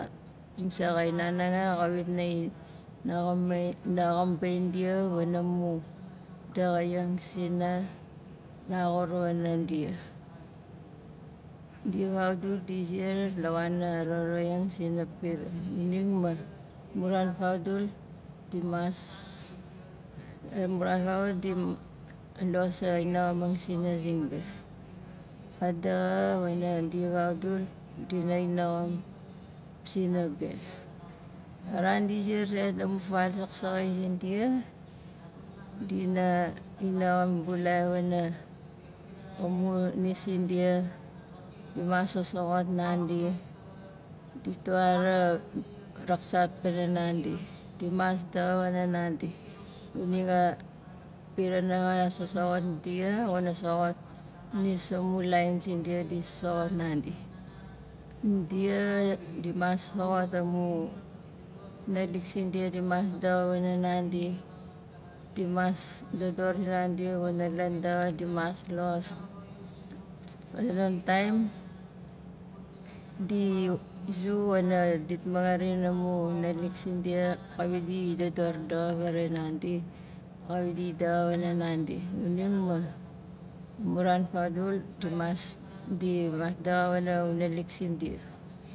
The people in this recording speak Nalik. Singsaxai han hanga xawit nai naxam naxambang dia wana mu daxaing sina laxur wana dia dia vaudul di ziar la wana roroang sina piran ma mun ran vagdul di mas- amu ran vagdul di los a inaxaming sina zing be kai daxa o ina di vagdul dinai naxam sina be a ran di ziar zait la mu val zaksaxai sindia dina i naxam bulai wana amu nis sindia di mas sosoxat nandi di twara raksaat sinandi di mas daxa wana nandi piran nanga xa sosoxot dia xuna soxot nis amu naalik sindia di mas daxa wana nandi di mas dodor wana nandi wana lan daxa di mas los a zonon taim di zu wana dit maxaring amu naalik sindia kawit di dodor daxa varei nandi xawit di daxa wana nandi amu ran vagdul di mas daxa wana axu naalik sindia